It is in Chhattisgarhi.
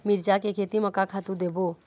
मिरचा के खेती म का खातू देबो?